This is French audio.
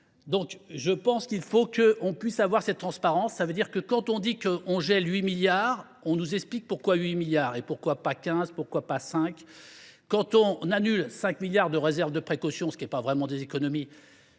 Donc je pense qu'il faut qu'on puisse avoir cette transparence. Ça veut dire que quand on dit qu'on gèle 8 milliards, on nous explique pourquoi 8 milliards et pourquoi pas 15, pourquoi pas 5. Quand on annule 5 milliards de réserves de précaution, ce qui n'est pas vraiment des économies,